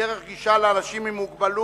(דרך גישה לאנשים עם מוגבלות),